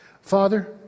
Father